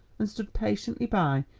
and stood patiently by,